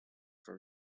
for